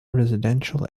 residential